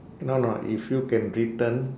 no no if you can return